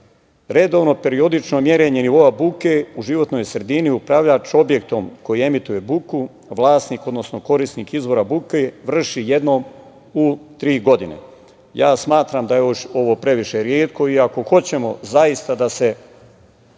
redovno, periodično merenje buke u životnoj sredini, upravljač objektom koji emituje buku, vlasnik, odnosno korisnik izvora buke vrši jednom u 3 godine. Ja smatram da je ovo previše retko i ako hoćemo da se